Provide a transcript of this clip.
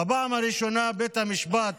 בפעם הראשונה בית המשפט